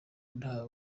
nta